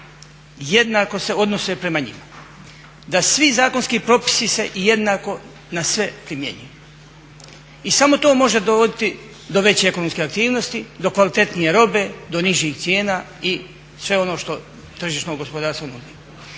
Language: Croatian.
jednako se odnose prema njima, da svi zakonski propisi se jednako na sve primjenjuju i samo to može dovoditi do veće ekonomske aktivnosti, do kvalitetnije robe, do nižih cijena i sve ono što tržišno gospodarstvo nudi.